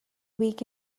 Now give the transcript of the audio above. week